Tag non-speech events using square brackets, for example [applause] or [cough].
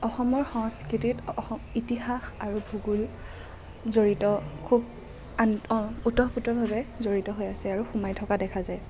অসমৰ সংস্কৃতিত অস ইতিহাস আৰু ভূগোল জড়িত খুব [unintelligible] ওতঃপ্ৰোতভাৱে জড়িত হৈ আছে আৰু সোমাই থকা দেখা যায়